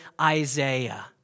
Isaiah